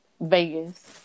Vegas